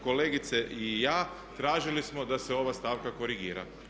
Kolegica i ja tražili smo da se ova stavka korigira.